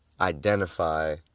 identify